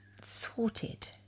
sorted